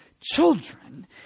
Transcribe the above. children